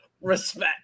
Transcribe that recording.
Respect